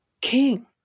King